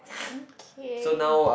okay